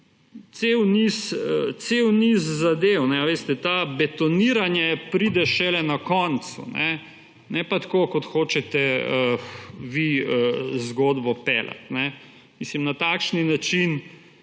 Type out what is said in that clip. Cel niz zadev. To betoniranje pride šele na koncu, ne pa tako, kot hočete vi zgodbo peljati. Mislim, na takšen način,